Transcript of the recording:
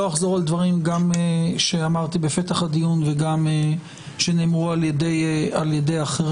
לא אחזור על דברים שאמרתי בפתח הדיון ושנאמרו על-ידי אחרים.